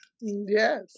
Yes